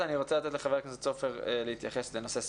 אני רוצה לתת לח"כ סופר להתייחס לנושא ספציפי.